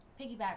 piggyback